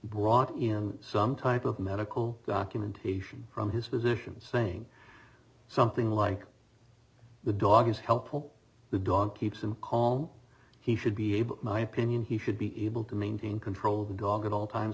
brought him some type of medical documentation from his physicians saying something like the dog is helpful the dog keeps him call he should be able my opinion he should be able to maintain control of the dog at all times